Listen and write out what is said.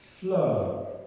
flow